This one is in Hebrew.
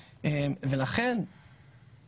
האם קודם כל היא צריכה לפנות למשטרה או